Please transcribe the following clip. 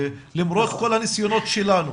ולמרות כל הניסיונות שלנו